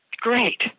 Great